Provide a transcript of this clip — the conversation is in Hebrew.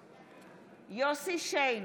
שיין,